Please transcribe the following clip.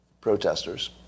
protesters